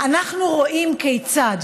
אנחנו רואים כיצד